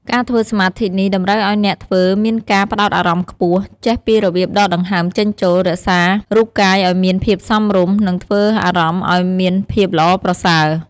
ការធ្វើសមាធិនេះ តម្រូវឲ្យអ្នកធ្វើមានការផ្ដោតអារម្មណ៍ខ្ពស់ ចេះពីរបៀបដកដង្ហើមចេញចូល រក្សារូបកាយឲ្យមានភាពសមរម្យ និងធ្វើអារម្មណ៍ឲ្យមានភាពល្អប្រសើរ។